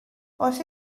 oes